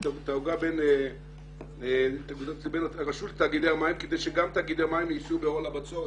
בין תאגידי המים כדי שגם תאגידי המים יישאו בעול הבצורת.